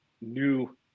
new